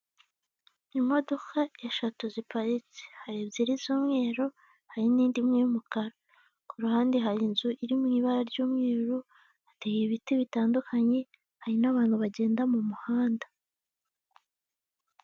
Imodoka eshatu ziparitse hari iziri z'umweru, hari n'indi imwe y'umukara. Kuruhande hari inzu iri mu ibara ry'umweru, hateye ibiti bitandukanye, hari n'abantu bagenda mu muhanda.